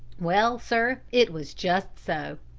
well, sir, it was just so.